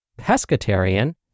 pescatarian